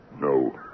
no